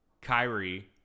Kyrie